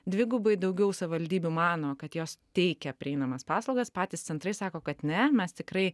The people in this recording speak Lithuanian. dvigubai daugiau savivaldybių mano kad jos teikia prieinamas paslaugas patys centrai sako kad ne mes tikrai